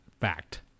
Fact